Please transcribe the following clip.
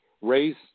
race